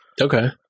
Okay